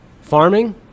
Farming